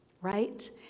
right